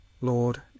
lord